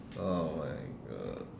oh my god